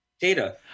Data